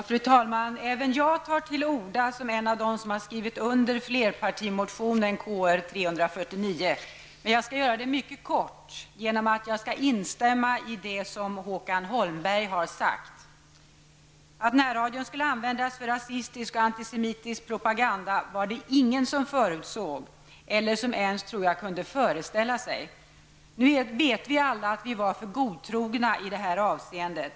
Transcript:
Fru talman! Även jag tar till orda i min egenskap av en av dem som skrivit under flerpartimotionen Kr349. Jag skall emellertid göra mitt inlägg mycket kort genom att bara instämma i vad Håkan Holmberg har sagt. Att närradion skulle användas för rasistisk och antisemitisk propaganda var det ingen som förutsåg eller -- tror jag -- ens kunde föreställa sig. Nu vet vi alla att vi var för godtrogna i det avseendet.